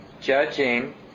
judging